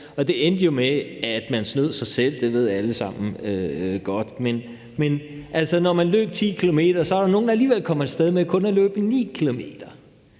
det endte jo med, at man snød sig selv. Det ved vi alle sammen godt. Så når man skulle løbe 10 km, var der nogle, der alligevel kom af sted med kun at løbe 9 km.